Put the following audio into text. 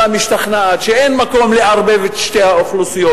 משתכנעות שאין מקום לערבב את שתי האוכלוסיות,